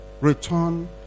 return